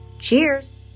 Cheers